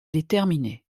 déterminé